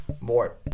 more